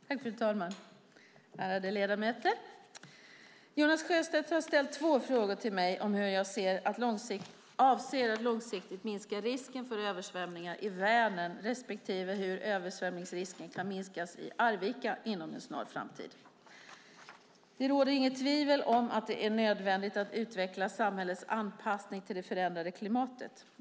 Fru talman och ärade ledamöter! Jonas Sjöstedt har ställt två frågor till mig om hur jag avser att långsiktigt minska risken för översvämningar i Vänern respektive hur översvämningsrisken kan minskas i Arvika inom en snar framtid. Det råder inget tvivel om att det är nödvändigt att utveckla samhällets anpassning till det förändrade klimatet.